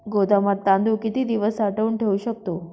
गोदामात तांदूळ किती दिवस साठवून ठेवू शकतो?